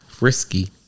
Risky